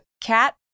cat